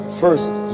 first